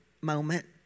moment